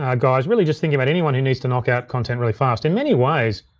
ah guys, really just thinking about anyone who needs to knock out content really fast in many ways.